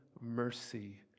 mercy